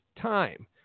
time